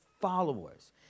followers